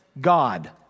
God